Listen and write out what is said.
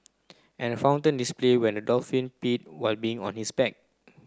and a fountain display when a dolphin peed while being on his back